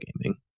gaming